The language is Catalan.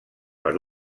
per